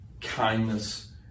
kindness